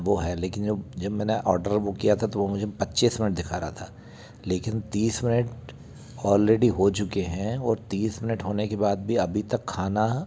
वो है लेकिन जब जब मैंने ऑडर बुक किया था तो वो मुझे पच्चीस मिनट दिखा रहा था लेकिन तीस मिनट ऑलरेडी हो चुके हैं और तीस मिनट होने के बाद भी अभी तक खाना